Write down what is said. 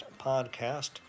podcast